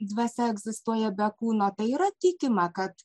dvasia egzistuoja be kūno tai yra tikima kad